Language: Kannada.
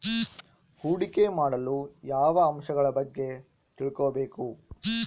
ಹೂಡಿಕೆ ಮಾಡಲು ಯಾವ ಅಂಶಗಳ ಬಗ್ಗೆ ತಿಳ್ಕೊಬೇಕು?